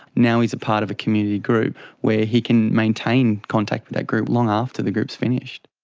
now he's part of a community group where he can maintain contact with that group long after the group is finished.